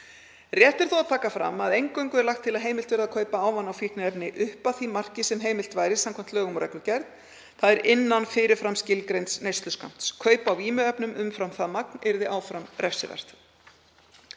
Rétt er þó að taka fram að eingöngu er lagt til að heimilt verði að kaupa ávana- og fíkniefni upp að því marki sem heimilt væri samkvæmt lögum og reglugerð, þ.e. innan fyrir fram skilgreinds neysluskammts. Kaup á vímuefnum umfram það magn yrðu áfram refsiverð.